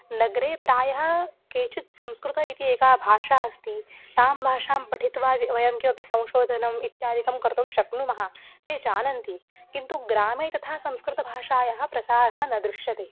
नगरे प्रायः केचित् संस्कृतम् इति एका भाषा अस्ति तां भाषां पठित्वा वयं वयं किमपि संशोधनम् इत्यादिकं कर्तुं शक्नुमः ते जानन्ति किन्तु ग्रामे तथा संस्कृतभाषायाः प्रसारः न दृश्यते